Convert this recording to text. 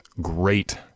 great